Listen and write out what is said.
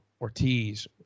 Ortiz